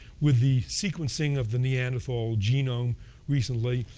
with the sequencing of the neanderthal genome recently,